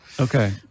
Okay